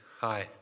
Hi